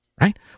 right